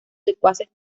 secuaces